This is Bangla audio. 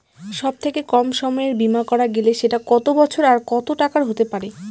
সব থেকে কম সময়ের বীমা করা গেলে সেটা কত বছর আর কত টাকার হতে পারে?